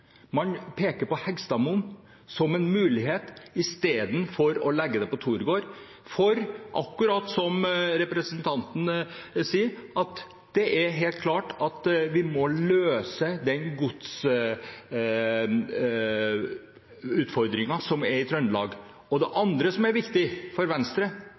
Man peker på Heggstadmoen som en mulighet istedenfor å legge det på Torgård, for det er helt klart at vi må, akkurat som representanten sier, løse den godsutfordringen som er i Trøndelag. Det andre som er viktig for Venstre,